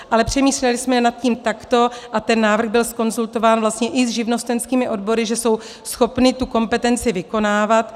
Ale přemýšleli jsme nad tím takto a ten návrh byl zkonzultován vlastně i s živnostenskými odbory, že jsou schopny tu kompetenci vykonávat.